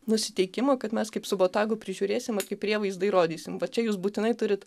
nusiteikimo kad mes kaip su botagu prižiūrėsim ar kaip prievaizdai rodysim va čia jūs būtinai turit